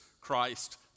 Christ